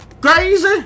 crazy